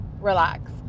relax